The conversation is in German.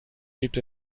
gibt